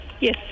yes